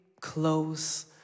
close